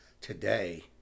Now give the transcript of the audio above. today